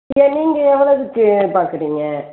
நீங்கள் எவ்வளோவுக்கு பார்க்குறீங்க